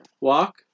Walk